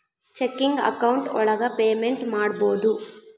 checking account ಒಳಗ payment ಮಾಡ್ಬೋದು